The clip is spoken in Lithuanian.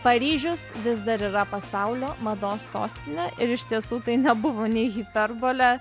paryžius vis dar yra pasaulio mados sostinė ir iš tiesų tai nebuvo nei hiperbolė